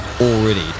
already